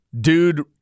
dude